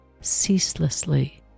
ceaselessly